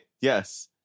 Yes